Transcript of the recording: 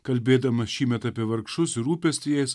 kalbėdamas šįmet apie vargšus ir rūpestį jais